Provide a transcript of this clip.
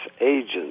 agents